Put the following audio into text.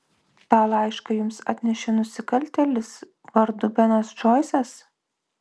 tą laišką jums atnešė nusikaltėlis vardu benas džoisas